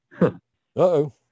Uh-oh